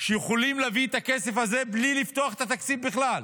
שיכולים להביא את הכסף הזה בלי לפתוח את התקציב בכלל,